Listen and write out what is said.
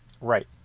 Right